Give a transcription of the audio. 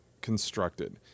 constructed